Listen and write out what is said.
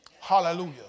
Hallelujah